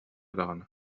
даҕаны